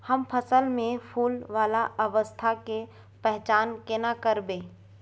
हम फसल में फुल वाला अवस्था के पहचान केना करबै?